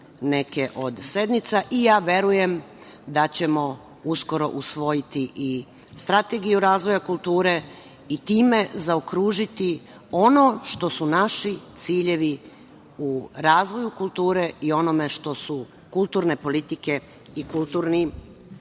neke od sednica. Verujem da ćemo uskoro usvojiti i strategiju razvoja kulture i time zaokružiti ono što su naši ciljevi u razvoju kulture i onome što su kulturne politike i kulturni